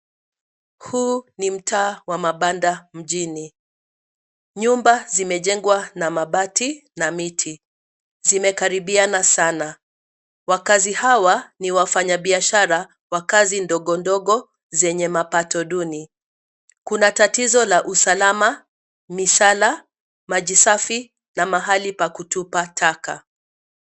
Huu ni mtaa wa mabanda mjini, nyumba zimejengwa na mabati na miti, zimekaribiana sana. Wakaazi ni wafanyi biashara wa kazi ndogo ndogo zenye mapato duni. Kuna tatizo la usalama, misala, maji safi na mahali pa kutupa taka.